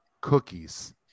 cookies